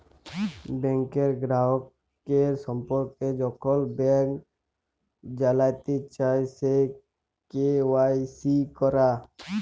ব্যাংকের গ্রাহকের সম্পর্কে যখল ব্যাংক জালতে চায়, সে কে.ওয়াই.সি ক্যরা